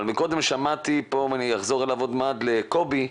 אבל קודם שמעתי, ואחזור עוד מעט לקובי,